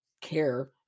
care